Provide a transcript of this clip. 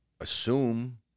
assume